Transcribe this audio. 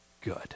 good